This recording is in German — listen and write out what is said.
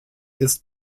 ist